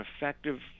effective